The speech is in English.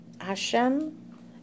Hashem